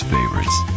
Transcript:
Favorites